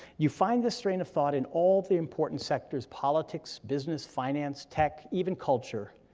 you find this strain of thought in all the important sectors politics, business, finance, tech, even culture.